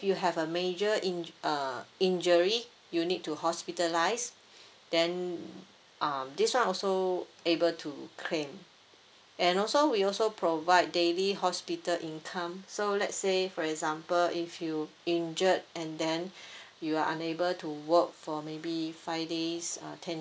you have a major injur~ uh injury you need to hospitalised then um this [one] also able to claim and also we also provide daily hospital income so let's say for example if you injured and then you are unable to work for maybe five days uh ten